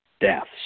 deaths